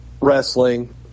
wrestling